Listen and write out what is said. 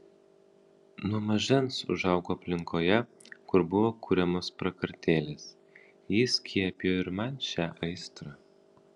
nuo mažens užaugau aplinkoje kur buvo kuriamos prakartėlės ji įskiepijo ir man šią aistrą